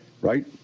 right